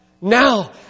Now